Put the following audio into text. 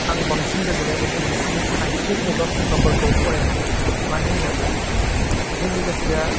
आं बांसिन गोजोन्नाय मोनो बिसोरनि सानस्रि एबा फुंखाफोरखौ फरायनानै मानो होनोब्ला जोंनि गोसोआ